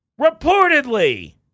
reportedly